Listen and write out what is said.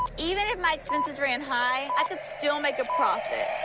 even if my expenses ran high, i could still make a profit.